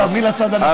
רק תעברי לצד הנכון.